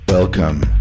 Welcome